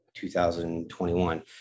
2021